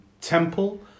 temple